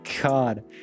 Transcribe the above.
God